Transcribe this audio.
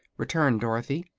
returned dorothy.